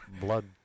blood